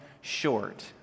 short